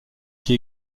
qui